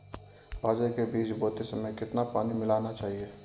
बाजरे के बीज बोते समय कितना पानी मिलाना चाहिए?